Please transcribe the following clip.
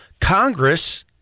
Congress